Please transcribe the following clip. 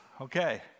okay